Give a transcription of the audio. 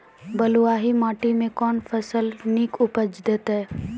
बलूआही माटि मे कून फसल नीक उपज देतै?